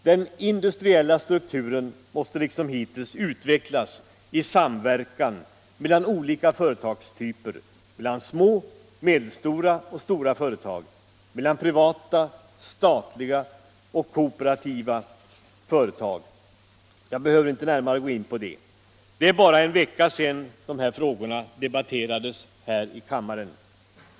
Den industriella strukturen måste som hittills utvecklas i samverkan mellan olika företagstyper — mellan små, medelstora och stora företag, mellan privata, statliga och kooperativa företag. Jag behöver inte gå närmare in på detta. Det är bara en vecka sedan dessa frågor debatterades här i kammaren.